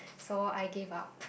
so I gave up